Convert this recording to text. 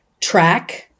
track